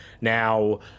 Now